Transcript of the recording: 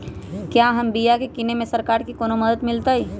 क्या हम बिया की किने में सरकार से कोनो मदद मिलतई?